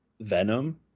Venom